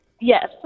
Yes